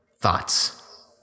Thoughts